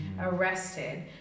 arrested